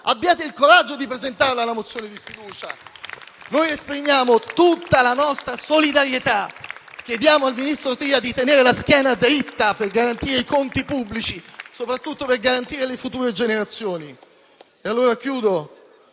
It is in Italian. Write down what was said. abbiate il coraggio di presentare la mozione di sfiducia. *(Applausi dal Gruppo FI-BP)*. Noi esprimiamo tutta la nostra solidarietà e chiediamo al ministro Tria di tenere la schiena dritta per garantire i conti pubblici, soprattutto per garantire le future generazioni.